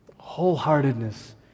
Wholeheartedness